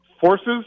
forces